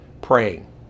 praying